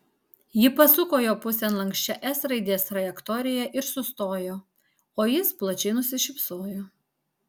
ji pasuko jo pusėn lanksčia s raidės trajektorija ir sustojo o jis plačiai nusišypsojo